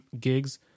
gigs